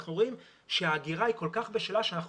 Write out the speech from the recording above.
אנחנו רואים שהאגירה היא כל כך בשלה ואנחנו